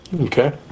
Okay